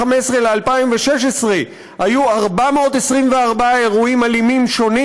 ל-2016 היו 424 אירועים אלימים שונים.